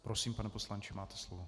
Prosím, pane poslanče, máte slovo.